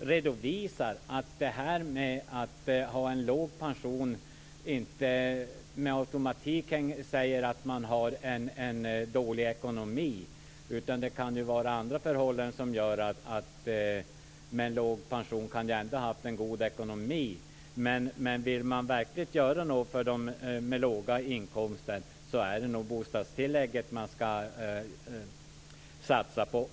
redovisar SCB att detta med att ha en låg pension inte med automatik säger att man har en dålig ekonomi. Det kan vara andra förhållanden som gör att man kan ha en god ekonomi även med en låg pension. Om man verkligen vill göra något för dem med låga inkomster, är det nog bostadstillägget man ska satsa på.